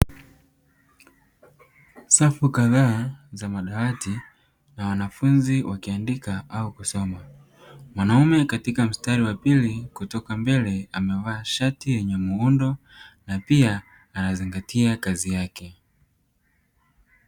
Safu kazaa za madawati na wanafunzi wakiandika au kusoma. Mwanaume katika mstari wa pili kutoka mbele amevaa shati yenye muundo na pia anazingatia kazi yake.